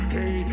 Hey